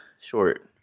short